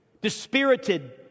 Dispirited